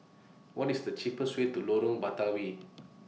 What IS The cheapest Way to Lorong Batawi